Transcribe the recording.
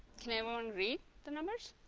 can everyone read the numbers